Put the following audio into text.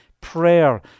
prayer